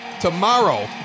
tomorrow